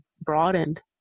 broadened